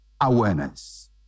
awareness